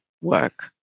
work